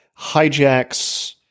hijacks